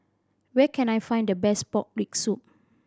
where can I find the best pork rib soup